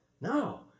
No